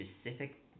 specific